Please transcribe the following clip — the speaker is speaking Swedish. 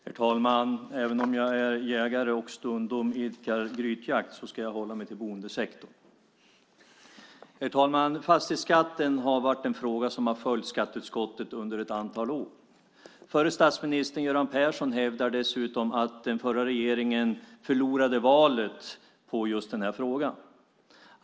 Herr talman! Även om jag är jägare och stundom idkar grytjakt ska jag hålla mig till boendesektorn. Herr talman! Frågan om fastighetsskatten har följt skatteutskottet under ett antal år. Förre statsministern Göran Persson hävdar dessutom att den förra regeringen förlorade valet på just den här frågan.